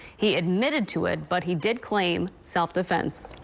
he admitted to it, but he did claim self-defense.